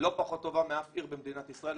לא פחות טובה מאף עיר במדינת ישראל.